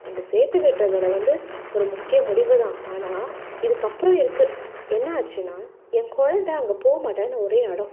இந்த சேர்த்துவிட்டதுல வந்து ஒரு முக்கிய முடிவு தான் ஆனால் இதுக்கப்புறம் இருக்குது என்ன ஆச்சுனால் என் கொழந்தை அங்கே போகமாட்டேன்னு ஒரே அடம்